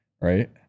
Right